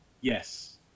yes